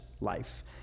life